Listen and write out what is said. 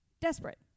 desperate